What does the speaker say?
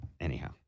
Anyhow